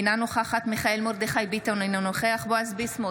אינה נוכחת בועז ביסמוט,